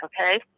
okay